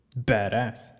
badass